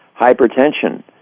Hypertension